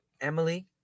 Emily